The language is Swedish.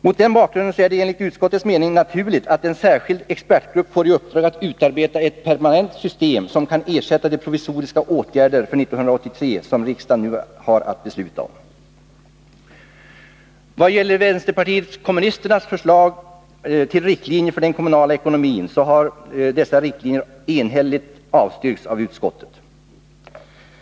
Mot denna bakgrund är det enligt utskottets mening naturligt att en särskild expertgrupp får i uppdrag att utarbeta ett permanent system som kan ersätta de provisoriska åtgärder för 1983 som riksdagen nu har att besluta om. Vad gäller vänsterpartiet kommunisternas förslag till riktlinjer för den kommunala ekonomin har dessa riktlinjer enhälligt avstyrkts av utskottet.